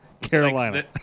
Carolina